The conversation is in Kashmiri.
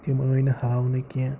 تِم آے نہٕ ہاونہٕ کیٚنٛہہ